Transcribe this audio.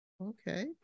Okay